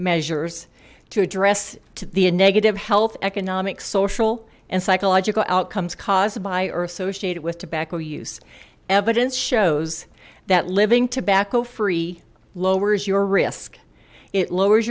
measures to address to the negative health economic social and psychological outcomes caused by or associated with tobacco use evidence shows that living tobacco free lowers your risk it lowers